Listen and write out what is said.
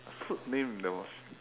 food name that was